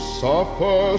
suffer